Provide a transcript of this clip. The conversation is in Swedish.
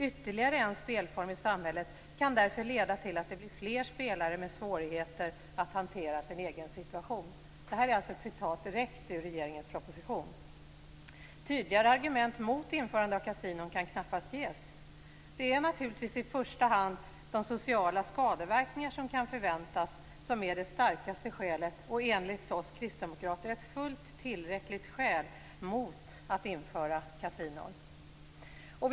Ytterligare en spelform i samhället kan därför leda till att det blir fler spelare med svårigheter att hantera sin egen situation." Det här är alltså ett citat direkt ur regeringens proposition. Tydligare argument mot införande av kasinon kan knappast ges. Det är naturligtvis i första hand de sociala skadeverkningar som kan förväntas som är det starkaste skälet, och enligt oss kristdemokrater ett fullt tillräckligt skäl, mot att införa kasinon.